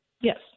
Yes